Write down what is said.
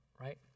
right